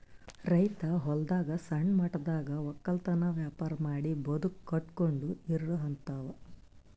ರೈತ್ ಹೊಲದಾಗ್ ಸಣ್ಣ ಮಟ್ಟದಾಗ್ ವಕ್ಕಲತನ್ ವ್ಯಾಪಾರ್ ಮಾಡಿ ಬದುಕ್ ಕಟ್ಟಕೊಂಡು ಇರೋಹಂತಾವ